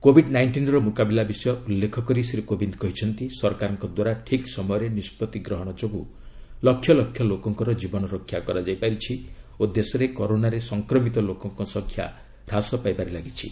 Covid ନାଇଷ୍ଟିନ୍ର ମୁକାବିଲା ବିଷୟ ଉଲ୍ଲେଖ କରି ଶ୍ରୀ କୋବିନ୍ଦ କହିଛନ୍ତି ସରକାରଙ୍କ ଦ୍ୱାରା ଠିକ୍ ସମୟରେ ନିଷ୍ପଭି ଗ୍ରହଣ ଯୋଗୁଁ ଲକ୍ଷଲକ୍ଷ ଲୋକଙ୍କର କୀବନରକ୍ଷା କରାଯାଇପାରିଛି ଓ ଦେଶରେ କରୋନାରେ ସଂକ୍ରମିତ ଲୋକଙ୍କ ସଂଖ୍ୟା ହ୍ରାସ ପାଇବାରେ ଲାଗିଛି